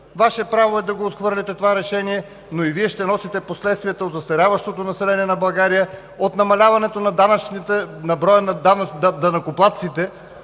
Ваше право е да отхвърлите това решение, но поради Вашата политика и Вие ще носите последствията от застаряващото население на България, от намаляването на броя на данъкоплатците,